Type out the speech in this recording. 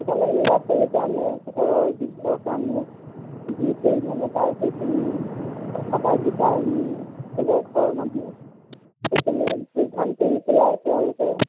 সেইকাৰণে ল'ৰা ছোৱালীৰ কাৰণে ঘৰৰ বৃদ্ধৰ কাৰণে যি পৰিমাণে পায় সেইখিনি সদায় গোটাই আমি থ'ব ঘৰৰ মানুহে সেইখিনি পৰিধান কৰি পেলাই তেওঁলোকে